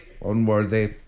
Unworthy